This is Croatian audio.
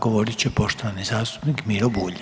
govorit će poštovani zastupnik Miro Bulj,